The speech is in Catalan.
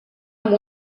amb